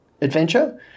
adventure